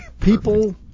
people